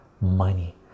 money